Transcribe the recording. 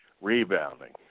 rebounding